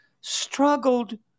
struggled